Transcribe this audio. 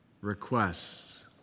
requests